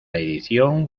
edición